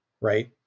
right